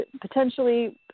potentially